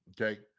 okay